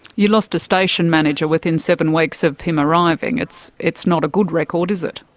you lost a station manager within seven weeks of him arriving. it's it's not a good record is it?